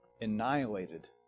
annihilated